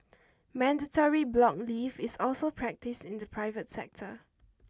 mandatory block leave is also practised in the private sector